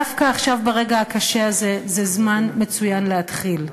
דווקא עכשיו, ברגע הקשה הזה, זה זמן מצוין להתחיל.